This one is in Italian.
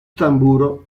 tamburo